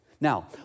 Now